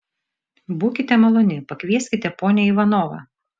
būkite maloni pakvieskite ponią ivanovą